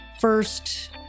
First